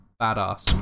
badass